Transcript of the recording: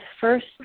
first